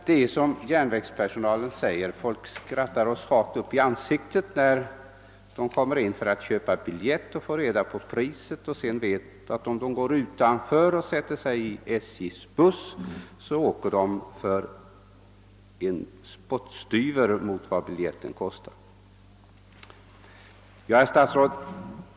Det är som järnvägspersonalen säger: »Folk skrattar oss rakt upp i ansiktet när de får höra priset på en tågbiljett, ty de vet att om de sätter sig i SJ:s buss strax utanför, åker de för en spottstyver i jämförelse med vad tågresan kostar.» Herr statsråd!